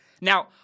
Now